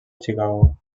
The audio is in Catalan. chicago